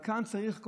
אבל צריך,